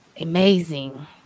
amazing